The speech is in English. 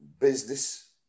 business